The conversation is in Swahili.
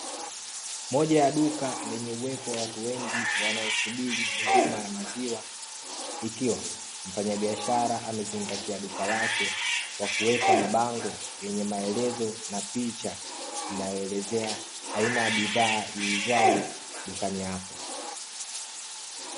Moja ya duka lenye uwepo wa watu wengi wanaosubiri huduma ya maziwa, ikiwa mfanyabiashara amezingatia duka lake, kwa kuweka mabango yenye maelezo, na picha inayoelezea aina ya bidhaa iuzwayo dukani hapo .